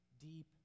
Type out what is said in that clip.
deep